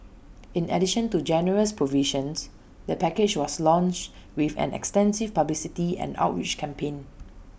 in addition to generous provisions the package was launched with an extensive publicity and outreach campaign